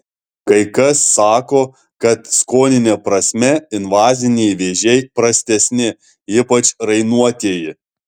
kai kas sako kad skonine prasme invaziniai vėžiai prastesni ypač rainuotieji